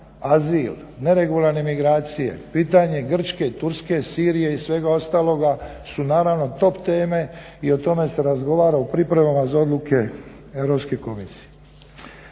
azil, neregularne migracije, pitanje Grčke, Turske, Sirije i svega ostaloga su naravno top teme i o tome se razgovara u pripremama za odluke Europske komisije.